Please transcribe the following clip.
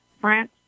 France